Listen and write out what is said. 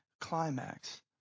climax